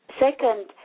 Second